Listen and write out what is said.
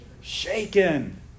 Shaken